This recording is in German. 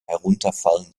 herunterfallen